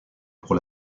pour